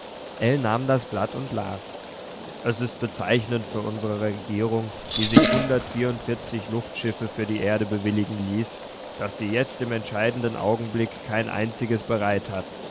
ell nahm das blatt und las es ist bezeichnend für unsre regierung die sich hundertvierzig luftschiffe für die erde bewilligen ließ daß sie jetzt im entscheidenden augenblick kein einziges bereit hat